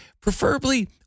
preferably